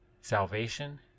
Salvation